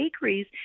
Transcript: bakeries